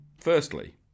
Firstly